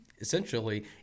essentially